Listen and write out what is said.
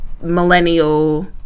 millennial